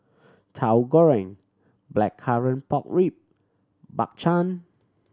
Tauhu Goreng blackcurrant pork rib Bak Chang